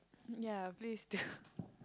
ya please do